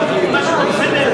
התקציב נמצא באיזה משרד?